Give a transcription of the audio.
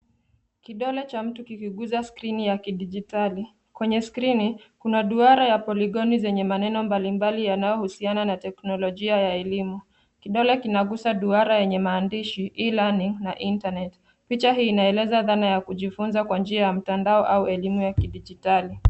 Kidole cha mtu kikiguza skrini ya kidijitali, kwenye skrini kuna duara ya poligoni zanye maneno mbalimbali yanayohusiana na teknolojia ya elimu, kidole kinaguza duara yenye maandishi E-learning na Internet, picha hii inaeleza dhana ya kujifunza kwa njia ya mtandao au elimu ya kidijitali.